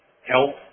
help